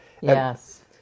Yes